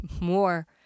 more